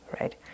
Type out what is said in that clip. right